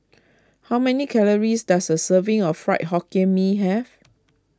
how many calories does a serving of Fried Hokkien Mee have